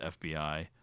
FBI